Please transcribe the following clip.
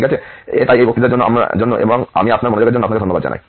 ঠিক আছে তাই এই বক্তৃতার জন্য এবং আমি আপনার মনোযোগের জন্য আপনাকে ধন্যবাদ জানাই